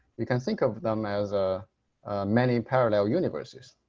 you can think of them as a many parallel universes